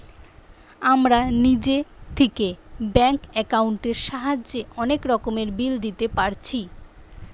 আমরা নিজে থিকে ব্যাঙ্ক একাউন্টের সাহায্যে অনেক রকমের বিল দিতে পারছি